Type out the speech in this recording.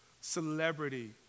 celebrity